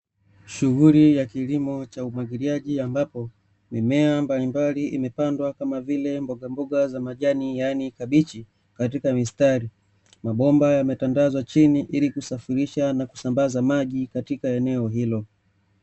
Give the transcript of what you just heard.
Shughuli ya kilimo cha umwagiliaji ambapo, mimea mbalimbali imepandwa kama vile mbogamboga za majani yaani kabichi, katika mistari, mabomba yametandazwa chini ili kusafirisha na kusambaza maji katika eneo hilo.